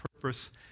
purpose